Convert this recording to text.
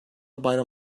bayram